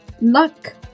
luck